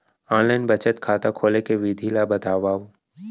Online बचत खाता खोले के विधि ला बतावव?